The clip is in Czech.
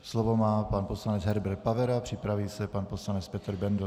Slovo má pan poslanec Herbert Pavera, připraví se pan poslanec Petr Bendl.